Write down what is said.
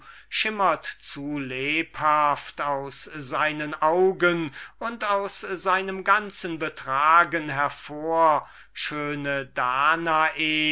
schimmert zu lebhaft aus seinen augen und aus seinem ganzen betragen hervor schöne danae